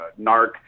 narc